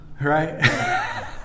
Right